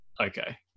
okay